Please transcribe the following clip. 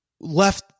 left